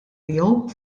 miegħu